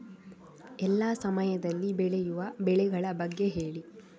ಎಲ್ಲಾ ಸಮಯದಲ್ಲಿ ಬೆಳೆಯುವ ಬೆಳೆಗಳ ಬಗ್ಗೆ ಹೇಳಿ